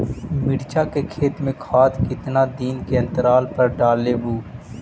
मिरचा के खेत मे खाद कितना दीन के अनतराल पर डालेबु?